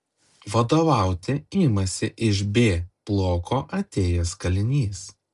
vadovauti imasi iš b bloko atėjęs kalinys